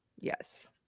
Yes